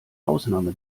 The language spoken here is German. ausnahme